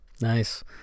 Nice